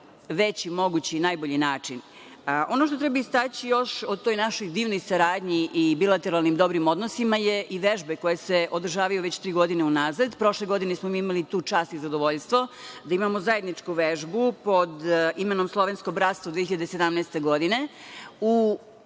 na najveći i najbolji način. Ono što treba istaći još o toj našoj divnoj saradnji i bilateralnim odnosima su i vežbe koje se održavaju već tri godine unazad. Prošle godine smo imali tu čast i zadovoljstvo da imamo zajedničku vežbu pod imenom „Slovensko bratstvo 2017. godine“ u